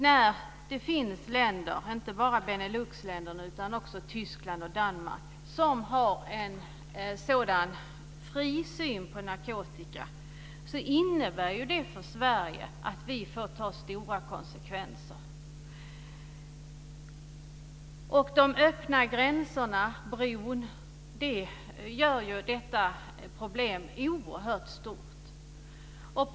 När det finns länder, inte bara Beneluxländerna utan också Tyskland och Danmark, som har en sådan fri syn på narkotika innebär det för Sverige att vi får ta stora konsekvenser. De öppna gränserna, Öresundsbron t.ex., gör problemet oerhört stort.